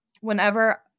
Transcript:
Whenever